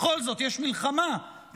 בכל זאת יש מלחמה בצפון,